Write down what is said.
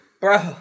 bro